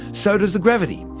so does the gravity.